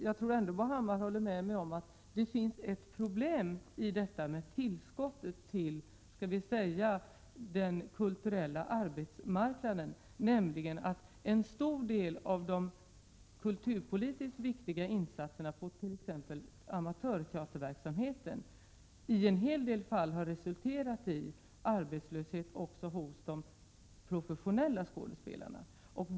Jag tror Bo Hammar håller med mig om att tillskottet till den s.k. kulturella arbetsmarknaden utgör ett problem. En stor del av de kulturpolitiskt viktiga insatserna av t.ex. amatörteaterverksamheten har nämligen i en hel del fall resulterat i arbetslöshet också hos de professionella skådespelarna.